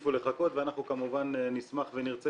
שיעדיפו לחכות ואנחנו כמובן נשמח ונרצה